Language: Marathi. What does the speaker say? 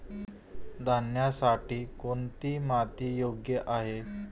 धान्यासाठी कोणती माती योग्य आहे?